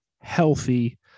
healthy